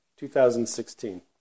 2016